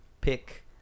pick